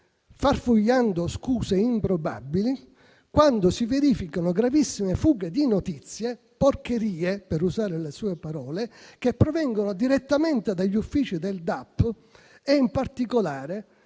farfugliando scuse improbabili, quando si verificano gravissime fughe di notizie - porcherie, per usare le sue parole - che provengono direttamente dagli uffici del DAP e in particolare